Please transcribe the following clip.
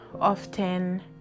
often